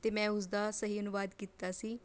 ਅਤੇ ਮੈਂ ਉਸਦਾ ਸਹੀ ਅਨੁਵਾਦ ਕੀਤਾ ਸੀ